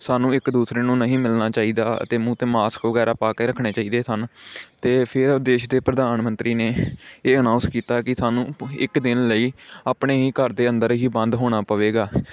ਸਾਨੂੰ ਇੱਕ ਦੂਸਰੇ ਨੂੰ ਨਹੀਂ ਮਿਲਣਾ ਚਾਹੀਦਾ ਅਤੇ ਮੂੰਹ 'ਤੇ ਮਾਸਕ ਵਗੈਰਾ ਪਾ ਕੇ ਰੱਖਣੇ ਚਾਹੀਦੇ ਸਨ ਅਤੇ ਫਿਰ ਦੇਸ਼ ਦੇ ਪ੍ਰਧਾਨ ਮੰਤਰੀ ਨੇ ਇਹ ਅਨਾਊਂਸ ਕੀਤਾ ਕਿ ਸਾਨੂੰ ਇੱਕ ਦਿਨ ਲਈ ਆਪਣੇ ਹੀ ਘਰ ਦੇ ਅੰਦਰ ਹੀ ਬੰਦ ਹੋਣਾ ਪਵੇਗਾ